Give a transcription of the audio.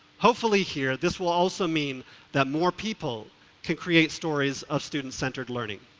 hopefully here, this will also mean that more people can create stories of student-centered learning.